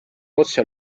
otse